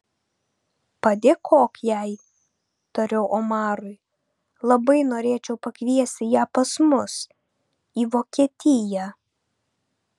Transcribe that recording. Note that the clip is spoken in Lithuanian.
padėkok jai tariau omarui labai norėčiau pakviesti ją pas mus į vokietiją